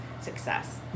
success